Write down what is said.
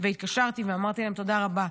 והתקשרתי ואמרתי להם תודה רבה.